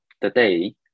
Today